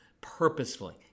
purposefully